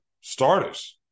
starters